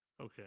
Okay